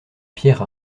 pierre